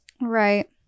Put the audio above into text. Right